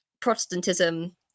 Protestantism